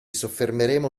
soffermeremo